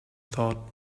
thought